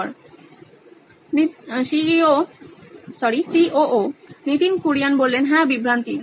Nitin Kurian C O O নইন electronics হ্যাঁ বিভ্রান্তি